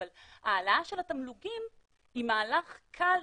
אבל ההעלאה של התמלוגים היא מהלך קל,